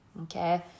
Okay